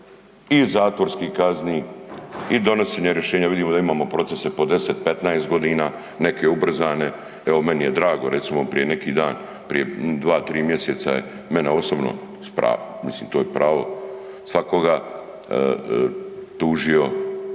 i zatvorskih kazni i donošenje rješenja, vidimo da imamo procese po 10, 15 godina, neke ubrzane, evo, meni je drago, recimo, prije neki dan, prije 2, 3 mjeseca je mene osobno s pravom, mislim to je pravo svakoga, tužio